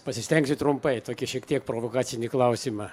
pasistengsiu trumpai tokį šiek tiek provokacinį klausimą